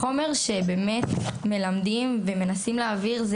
החומר שמלמדים ומנסים להעביר,